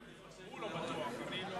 לא בטוח.